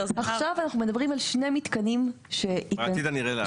עכשיו אנחנו מדברים על שני מתקנים --- בעתיד הנראה לעין.